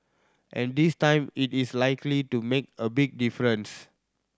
and this time it is likely to make a big difference